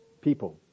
people